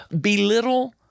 belittle